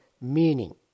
meaning